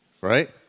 Right